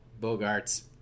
Bogarts